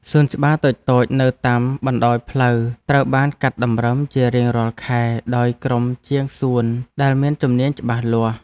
សួនច្បារតូចៗនៅតាមបណ្តោយផ្លូវត្រូវបានកាត់តម្រឹមជារៀងរាល់ខែដោយក្រុមជាងសួនដែលមានជំនាញច្បាស់លាស់។